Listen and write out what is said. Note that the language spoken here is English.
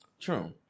true